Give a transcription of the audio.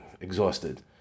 exhausted